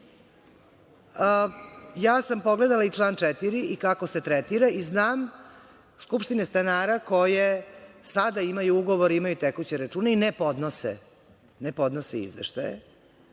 sam i član 4, i kako se tretira i znam skupština stanara koje sada imaju ugovor, imaju tekuće račune i ne podnose izveštaje.